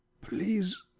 please